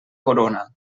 corona